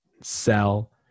sell